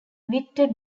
victor